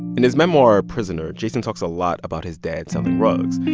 in his memoir, prisoner, jason talks a lot about his dad selling rugs.